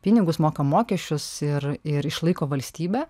pinigus moka mokesčius ir ir išlaiko valstybę